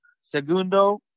Segundo